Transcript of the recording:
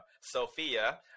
Sophia